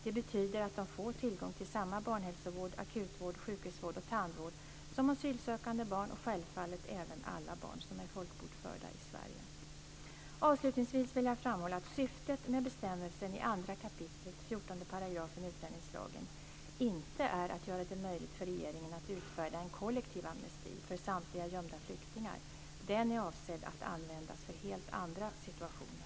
Det betyder att de får tillgång till samma barnhälsovård, akutvård, sjukhusvård och tandvård som asylsökande barn och självfallet även alla barn som är folkbokförda i Sverige. Avslutningsvis vill jag framhålla att syftet med bestämmelsen i 2 kap. 14 § utlänningslagen inte är att göra det möjligt för regeringen att utfärda "en kollektiv amnesti - för samtliga gömda flyktingar". Den är avsedd att användas för helt andra situationer.